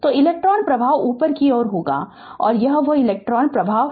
तो इलेक्ट्रॉन प्रवाह ऊपर की ओर होगा तो यह वह इलेक्ट्रॉन प्रवाह है